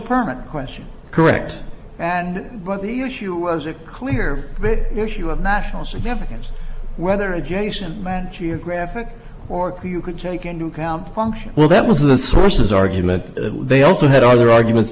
permanent question correct and but the issue was a clear issue of national significance whether education man geographic or q you could take into account function well that was the sources argument they also had other arguments